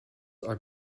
are